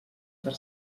per